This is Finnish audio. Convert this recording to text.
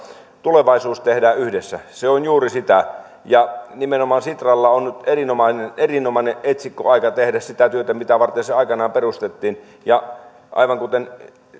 tulevaisuus tehdään yhdessä se on juuri sitä ja nimenomaan sitralla on nyt erinomainen etsikkoaika tehdä sitä työtä mitä varten se aikanaan perustettiin aivan kuten